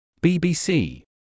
BBC